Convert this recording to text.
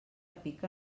pica